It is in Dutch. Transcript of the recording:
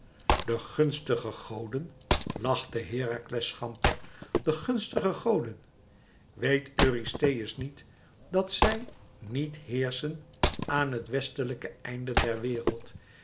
de gunstige goden lachte herakles schamper de gunstige goden weet eurystheus niet dat zij niet heerschen aan het westelijkste einde der wereld